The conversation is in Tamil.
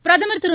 பிரதமர் திரு